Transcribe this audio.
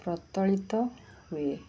ପ୍ରତଳିତ ହୁଏ